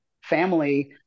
family